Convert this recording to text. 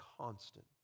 constant